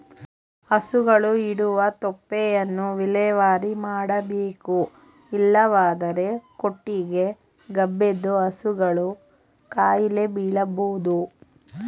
ಹಸುಗಳು ಇಡುವ ತೊಪ್ಪೆಯನ್ನು ವಿಲೇವಾರಿ ಮಾಡಬೇಕು ಇಲ್ಲವಾದರೆ ಕೊಟ್ಟಿಗೆ ಗಬ್ಬೆದ್ದು ಹಸುಗಳು ಕಾಯಿಲೆ ಬೀಳಬೋದು